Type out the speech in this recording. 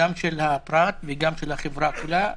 גם של הפרט וגם של החברה כולה.